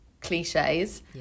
cliches